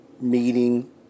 meeting